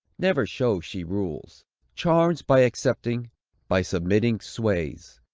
never shows she rules charms by accepting by submitting sways,